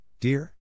dear